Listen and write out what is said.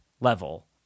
level